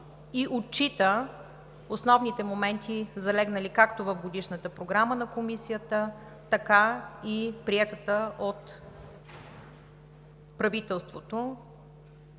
и отчита основните моменти, залегнали както в Годишната програма на Комисията, така и в приетата от правителството